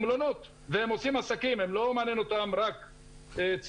והם עושים עסקים, לא מעניין אותם רק ציונות.